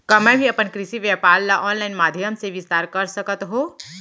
का मैं भी अपन कृषि व्यापार ल ऑनलाइन माधयम से विस्तार कर सकत हो?